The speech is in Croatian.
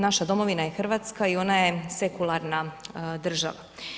Naša domovina je Hrvatska i ona je sekularna država.